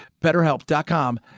BetterHelp.com